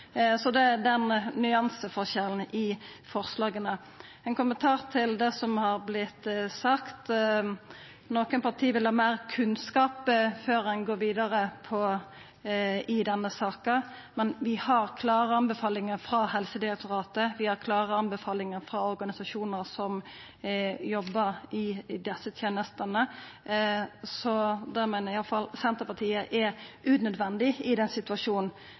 Så det er den nyansen, den forskjellen, i forslaga. Eg har ein kommentar til det som har vorte sagt: Nokre parti vil ha meir kunnskap før ein går vidare i denne saka, men vi har klare anbefalingar frå Helsedirektoratet, vi har klare anbefalingar frå organisasjonar som jobbar i desse tenestene, så det meiner i alle fall Senterpartiet er unødvendig, i den situasjonen